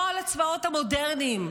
כל הצבאות המודרניים